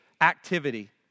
activity